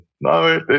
No